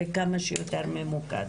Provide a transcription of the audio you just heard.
וכמה שיותר ממוקד.